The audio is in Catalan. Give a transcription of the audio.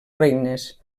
regnes